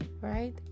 right